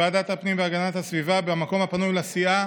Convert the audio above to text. בוועדת הפנים והגנת הסביבה, במקום הפנוי לסיעה